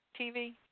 TV